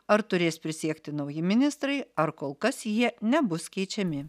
ar turės prisiekti nauji ministrai ar kol kas jie nebus keičiami